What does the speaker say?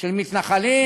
של מתנחלים,